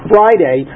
Friday